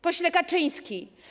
Pośle Kaczyński!